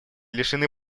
лишены